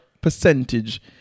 percentage